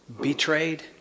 betrayed